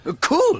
Cool